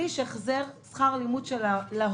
שליש החזר שכר לימוד להורים.